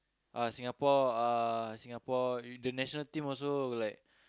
uh Singapore uh Singapore the national team also like